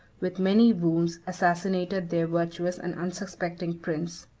with many wounds, assassinated their virtuous and unsuspecting prince.